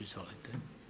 Izvolite.